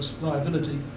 liability